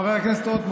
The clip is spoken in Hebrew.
חבר הכנסת רוטמן,